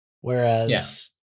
Whereas